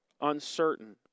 uncertain